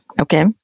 Okay